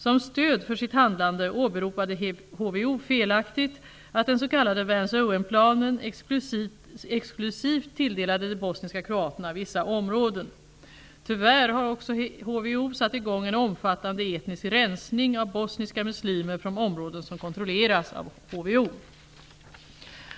Som stöd för sitt handlande åberopade HVO, felaktigt, att den s.k. Vance--Owen-planen exklusivt tilldelade de bosniska kroaterna vissa områden. Tyvärr har HVO också satt i gång en omfattande etnisk rensning av bosniska muslimer från områden som kontrolleras av HVO.